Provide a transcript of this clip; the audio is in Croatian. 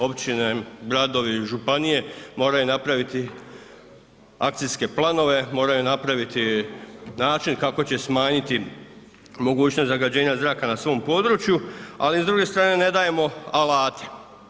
Općine, gradovi županije moraju napraviti akcijske planove, moraju napraviti način kako će smanjiti mogućnost zagađenja zraka na svom području, ali s druge strane ne dajemo alate.